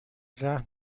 رهن